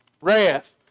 wrath